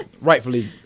Rightfully